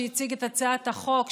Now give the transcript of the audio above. שהציג את הצעת החוק,